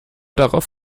darauf